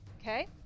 Okay